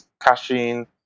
caching